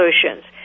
Solutions